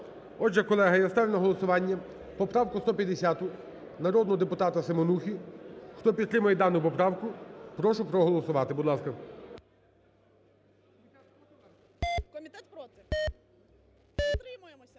Отже, колеги, я ставлю на голосування поправку 150 народного депутата Семенухи. Хто підтримує дану поправку, прошу проголосувати. Будь ласка. 17:39:59 За-109